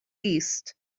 east